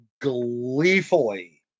gleefully